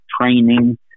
training